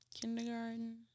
Kindergarten